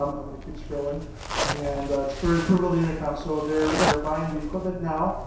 um i'm gonna keep scrolling and it's for approval the intercom so, they're they're buying the equipment now,